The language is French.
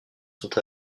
sont